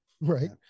right